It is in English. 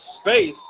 space